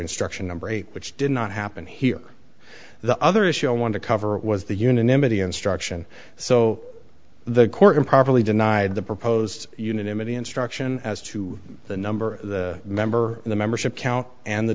instruction number eight which did not happen here the other issue i want to cover was the unanimity instruction so the court improperly denied the proposed unanimity instruction as to the number of the member in the membership count and the